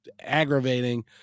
aggravating